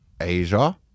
Asia